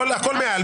הכול מעל.